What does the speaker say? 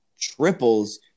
triples